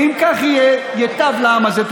ואם כך יהיה, ייטב לעם הזה.